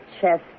chest